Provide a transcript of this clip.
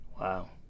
Wow